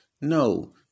No